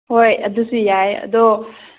ꯍꯣꯏ ꯑꯗꯨꯁꯨ ꯌꯥꯏ ꯑꯗꯣ